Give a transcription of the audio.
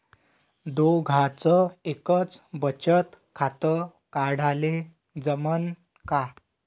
दोघाच एकच बचत खातं काढाले जमनं का?